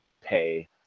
pay